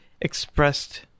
expressed